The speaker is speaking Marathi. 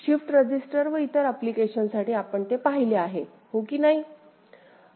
शिफ्ट रजिस्टर व इतर अप्लिकेशन साठी आपण ते पाहिले आहे हो कि नाही